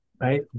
right